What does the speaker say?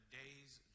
day's